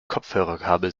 kopfhörerkabel